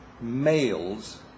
males